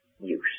use